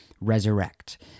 resurrect